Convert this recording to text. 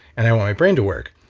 and i want my brain to work.